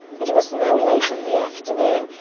it was now late in the afternoon,